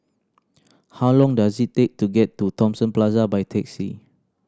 how long does it take to get to Thomson Plaza by taxi